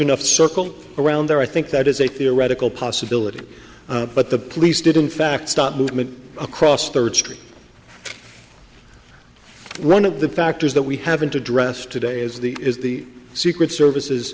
enough circle around there i think that is a theoretical possibility but the police did in fact stop movement across the street one of the factors that we haven't addressed today is the is the secret service